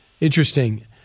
Interesting